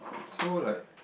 so like